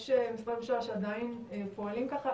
יש משרדי ממשלה שעדיין פועלים כך?